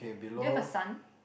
do you have a sun